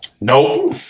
Nope